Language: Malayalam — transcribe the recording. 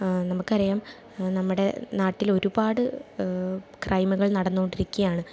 നമുക്കറിയാം നമ്മുടെ നാട്ടിലൊരുപാട് ക്രൈമുകൾ നടന്ന് കൊണ്ടിരിക്കുകയാണ്